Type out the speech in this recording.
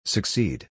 Succeed